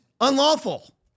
unlawful